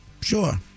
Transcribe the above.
Sure